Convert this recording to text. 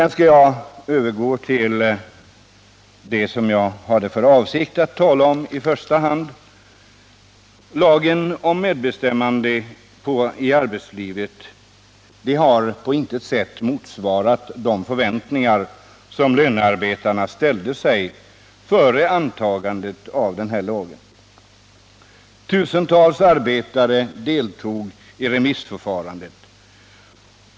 Nu skall jag övergå till det som jag hade för avsikt att tala om i första hand, nämligen lagen om medbestämmande i arbetslivet. Den har på intet sätt motsvarat de förväntningar som lönearbetarna hade före antagandet av den Nr 38 här lagen. Tusentals arbetare deltog i remissförfarandet.